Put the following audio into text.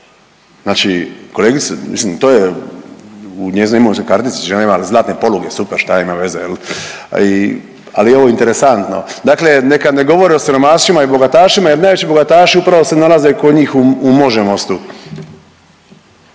Znači kolegice mislim to je u njezinoj imovinskoj kartici, žena ima zlatne poluge, super, šta ima veze jel, a i, ali je ovo interesantno. Dakle neka ne govori o siromasima i bogatašima jer najveći bogataši upravo se nalaze kod njih u Možemostu.